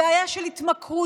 הבעיה של התמכרויות,